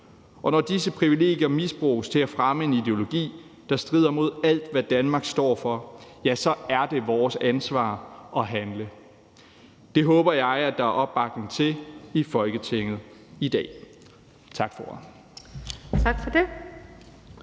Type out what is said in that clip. og når disse privilegier misbruges til at fremme en ideologi, der strider mod alt, hvad Danmark står for, ja, så er det vores ansvar at handle. Det håber jeg at der er opbakning til i Folketinget i dag. Tak for